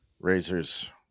Razors